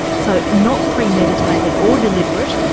so not premeditated or deliberate,